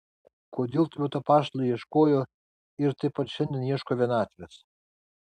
kodėl tuomet apaštalai ieškojo ir taip pat šiandien ieško vienatvės